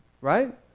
right